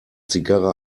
zigarre